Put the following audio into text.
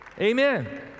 Amen